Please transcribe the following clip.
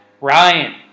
Ryan